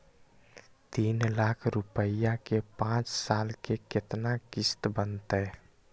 तीन लाख रुपया के पाँच साल के केतना किस्त बनतै?